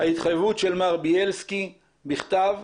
ההתחייבות של מר ביילסקי בכתב,